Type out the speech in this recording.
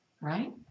right